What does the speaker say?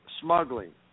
smuggling